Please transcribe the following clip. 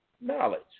knowledge